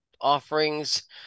offerings